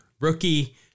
Rookie